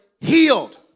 healed